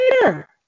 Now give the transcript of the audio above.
later